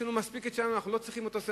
יש לנו מספיק את שלנו, אנחנו לא צריכים תוספת.